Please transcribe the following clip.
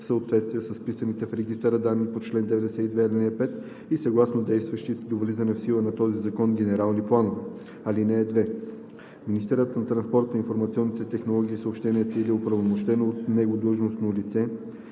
съответствие с вписаните в регистъра данни по чл. 92, ал. 5 и съгласно действащите до влизането в сила на този закон генерални планове. (2) Министърът на транспорта, информационните технологии и съобщенията“ или оправомощено от него длъжностно лице